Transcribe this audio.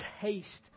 taste